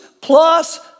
plus